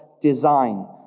design